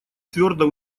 твердо